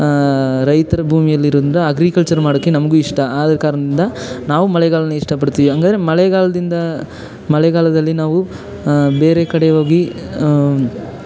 ರೈತ್ರ ಭೂಮಿಯಲ್ಲಿರೋದ್ರಿಂದ ಅಗ್ರಿಕಲ್ಚರ್ ಮಾಡೋಕ್ಕೆ ನಮಗೂ ಇಷ್ಟ ಆದ ಕಾರಣದಿಂದ ನಾವು ಮಳೆಗಾಲನ ಇಷ್ಟ ಪಡ್ತೀವಿ ಹಂಗಾದ್ರೆ ಮಳೆಗಾಲದಿಂದ ಮಳೆಗಾಲದಲ್ಲಿ ನಾವು ಬೇರೆ ಕಡೆ ಹೋಗಿ